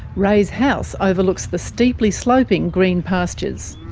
ray's house overlooks the steeply sloping green pastures.